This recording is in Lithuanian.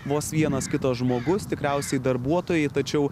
vos vienas kito žmogus tikriausiai darbuotojai tačiau